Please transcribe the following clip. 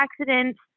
accidents